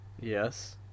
Yes